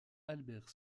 albert